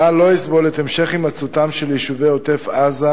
צה"ל לא יסבול את המשך הימצאותם של יישובי עוטף-עזה